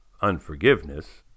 unforgiveness